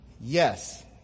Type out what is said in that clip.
Yes